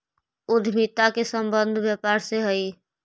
उद्यमिता के संबंध व्यापार से हई